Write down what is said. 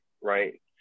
right